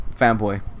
fanboy